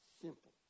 simple